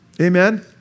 Amen